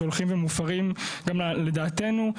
שהולכים ומופרים גם לדעתנו.